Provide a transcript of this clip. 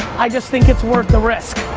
just think it's worth the risk.